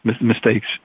mistakes